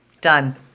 Done